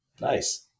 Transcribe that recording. Nice